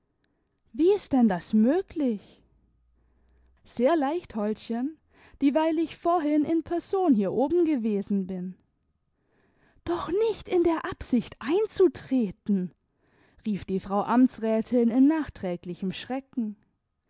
wie ist denn das möglich sehr leicht holdchen dieweil ich vorhin in person hier oben gewesen bin doch nicht in der absicht einzutreten rief die frau amtsrätin in nachträglichem schrecken